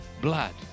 blood